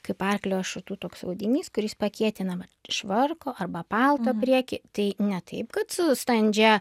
kaip arklio ašutų toks audinys kuris pakietinama švarko arba palto priekį tai ne taip kad su standžia